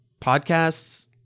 podcasts